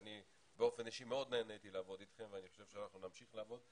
שאני באופן אישי מאוד נהניתי לעבוד אתכם ואני חושב שאנחנו נמשיך לעבוד.